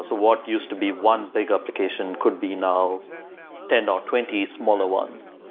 so what used to be one big application could be now ten or twenty smaller ones,